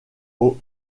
aux